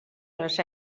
les